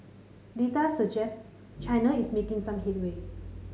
data suggests China is making some headway